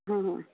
ਹਾਂ ਹਾਂ